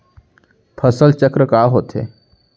फसल चक्र का होथे?